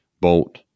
bolt